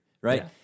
right